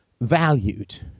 valued